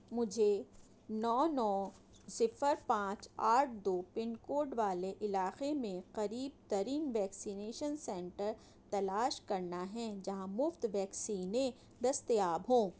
مجھے نو نو صفر پانچ آٹھ دو پن کوڈ والے علاقے میں قریب ترین ویکسینیشن سنٹر تلاش کرنا ہے جہاں مفت ویکسینیں دستیاب ہوں